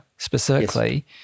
specifically